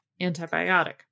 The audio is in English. antibiotic